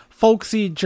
folksy